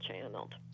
channeled